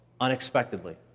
unexpectedly